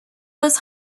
was